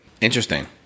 Interesting